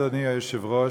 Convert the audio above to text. אדוני היושב-ראש,